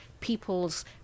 people's